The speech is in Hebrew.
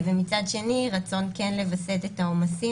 ומצד שני כן רצון לווסת את העומסים